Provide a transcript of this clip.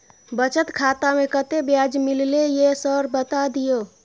बचत खाता में कत्ते ब्याज मिलले ये सर बता दियो?